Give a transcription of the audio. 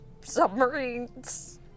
submarines